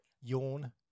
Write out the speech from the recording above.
Yawn